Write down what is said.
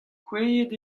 kouezhet